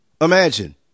Imagine